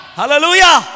Hallelujah